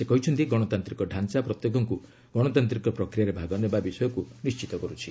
ସେ କହିଛନ୍ତି ଗଣତାନ୍ତ୍ରିକ ଡାଞ୍ଚା ପ୍ରତ୍ୟେକଙ୍କୁ ଗଣତାନ୍ତିକ ପ୍ରକ୍ରିୟାରେ ଭାଗ ନେବା ବିଷୟକୁ ନିଣ୍ଢିତ କରୁଛି